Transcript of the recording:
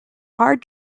hard